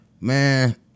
Man